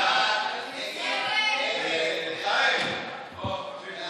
קבוצת סיעת ש"ס וקבוצת סיעת יהדות התורה לפני סעיף 1 לא נתקבלה.